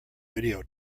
video